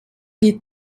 die